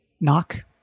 knock